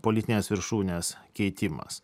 politinės viršūnės keitimas